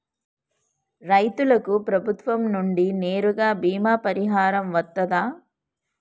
రైతులకు ప్రభుత్వం నుండి నేరుగా బీమా పరిహారం వత్తదా?